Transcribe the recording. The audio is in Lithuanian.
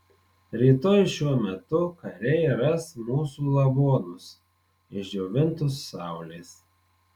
rytoj šiuo metu kariai ras mūsų lavonus išdžiovintus saulės